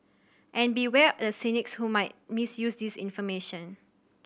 and beware the cynics who might misuse this information